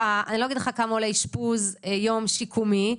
לא אגיד לך כמה עולה אשפוז יום שיקומי,